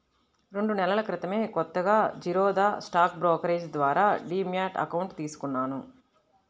రెండు నెలల క్రితమే కొత్తగా జిరోదా స్టాక్ బ్రోకరేజీ ద్వారా డీమ్యాట్ అకౌంట్ తీసుకున్నాను